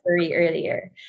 earlier